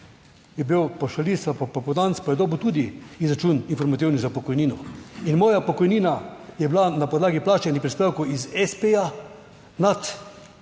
je bil pavšalist, popoldanec pa je dobil tudi izračun, informativni, za pokojnino in moja pokojnina je bila na podlagi plačanih prispevkov iz espeja nad